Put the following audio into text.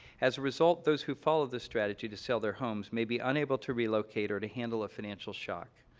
as a result, those who follow this strategy to sell their homes may be unable to relocate or to handle a financial shock.